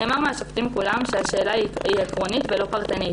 נאמר על ידי השופטים כולם שהשאלה היא עקרונית ולא פרטנית,